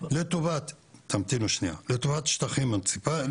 לטובת שטחים מוניציפליים,